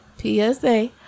PSA